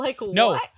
No